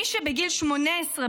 מי שבגיל 18,